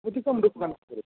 अधिकं दत्तवान् खलु